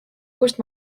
kust